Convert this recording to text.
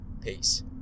Peace